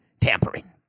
tampering